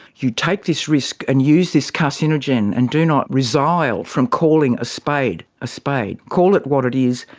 you take this risk and use this carcinogen and do not resile from calling a spade a spade. call it what it is,